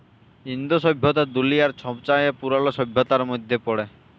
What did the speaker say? ইন্দু সইভ্যতা দুলিয়ার ছবচাঁয়ে পুরল সইভ্যতাদের মইধ্যে পড়ে